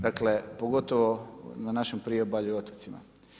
Dakle, pogotovo na našem priobalju i otocima.